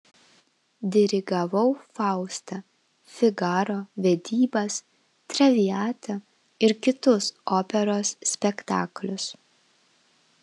dirigavau faustą figaro vedybas traviatą ir kitus operos spektaklius